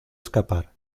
escapar